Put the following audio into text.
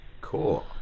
Cool